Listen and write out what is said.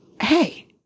hey